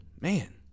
Man